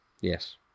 Yes